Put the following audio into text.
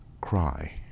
cry